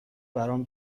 برام